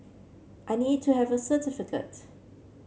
I need to have a certificate